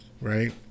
Right